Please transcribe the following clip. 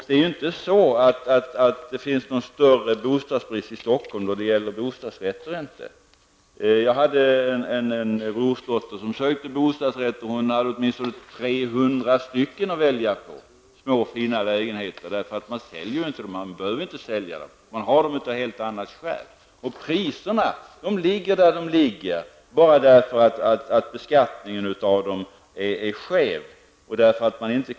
Det finns ju inte någon större bostadsbrist i Stockholm när det gäller bostadsrätter. Jag hade en brorsdotter som sökte bostadsrätt, och hon hade åtminstone 300 stycken små, fina lägenheter att välja på. Man säljer dem ju inte, man behöver inte sälja dem. Man har dem av ett helt annat skäl. Priserna ligger där de ligger eftersom beskattningen är skev.